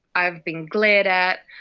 i've been glared at,